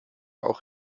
auch